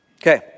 Okay